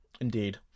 Indeed